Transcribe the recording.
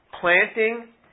planting